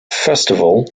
festival